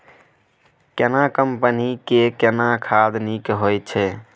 केना कंपनी के केना खाद नीक होय छै?